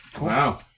Wow